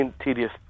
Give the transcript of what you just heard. tedious